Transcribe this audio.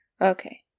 Okay